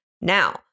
Now